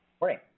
morning